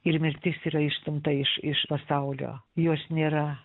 ir mirtis yra išstumta iš iš pasaulio jos nėra